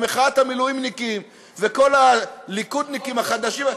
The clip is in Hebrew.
מחאת המילואימניקים וכל הליכודניקים החדשים,